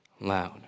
loud